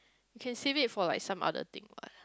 you can save it for like some other thing what